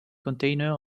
container